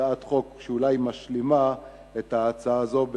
הצעת חוק שאולי משלימה את ההצעה הזאת,